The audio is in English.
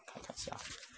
看看一下 ah